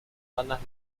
bandas